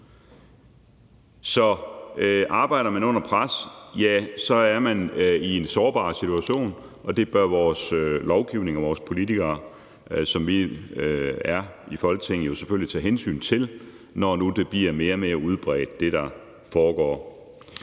Arbejder man under pres, ja, så er man i en sårbar situation, og det bør vores lovgivning og vores politikere, som vi er i Folketinget, jo selvfølgelig tage hensyn til, når nu det, der foregår, bliver mere og mere udbredt. Vi skulle